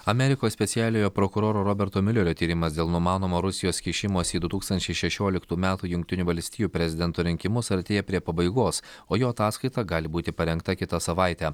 amerikos specialiojo prokuroro roberto miulerio tyrimas dėl numanomo rusijos kišimosi į du tūkstančiai šešioliktų metų jungtinių valstijų prezidento rinkimus artėja prie pabaigos o jo ataskaita gali būti parengta kitą savaitę